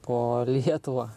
po lietuvą